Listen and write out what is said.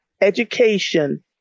education